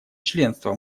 членства